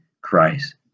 Christ